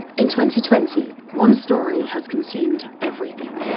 and twenty twenty one story has consumed everything,